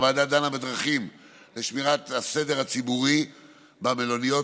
הוועדה דנה בדרכים לשמירת הסדר הציבורי במלוניות.